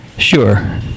Sure